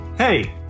Hey